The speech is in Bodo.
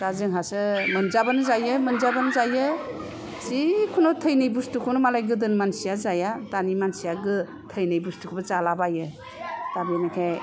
दा जोंहासो मोनजाब्लानो जायो मोनजाब्लानो जायो जिखुनु थैनो बुस्थुखौनो मालाय गोदोनि मानसिया जाया दानि मानसिया थैनाय बुस्थुखौबो जाला बायो दा बेनिखाय